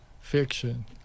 fiction